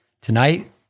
Tonight